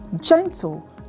gentle